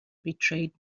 betrayed